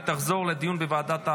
הצבעה.